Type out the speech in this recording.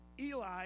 eli